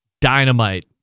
dynamite